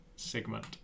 Segment